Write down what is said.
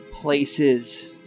Places